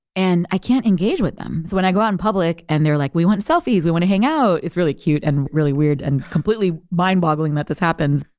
and i can't engage with them. so when i go out in public and they're like, we want selfies. we want to hang out. it's really cute and really weird and completely mind-boggling that this happens